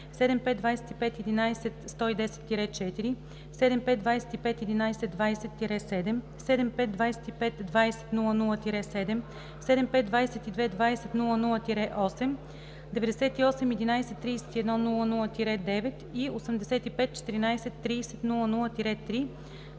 75251110-4, 75251120-7, 75252000-7, 75222000-8, 98113100-9 и 85143000-3